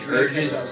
urges